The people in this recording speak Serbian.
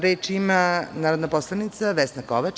Reč ima narodna poslanica Vesna Kovač.